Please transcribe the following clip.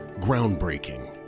Groundbreaking